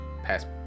past